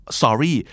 sorry